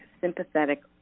sympathetic